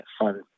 fun